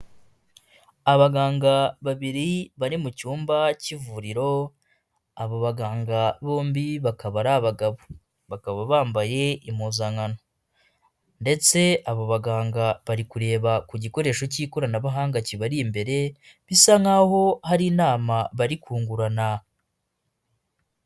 Abaganga babiri bari mu cyumba cy'ivuriro abo baganga bombi bakaba ari abagabo, bakaba bambaye impuzankano ndetse abo baganga bari kureba ku gikoresho cy'ikoranabuhanga kibari imbere bisa nk'aho hari inama bari kungurana.